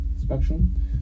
spectrum